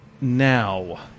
now